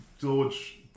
George